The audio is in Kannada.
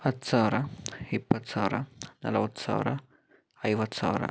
ಹತ್ತು ಸಾವಿರ ಇಪ್ಪತ್ತು ಸಾವಿರ ನಲವತ್ತು ಸಾವಿರ ಐವತ್ತು ಸಾವಿರ